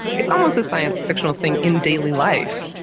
it's almost a science fictional thing in daily life.